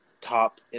top